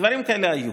דברים כאלה היו.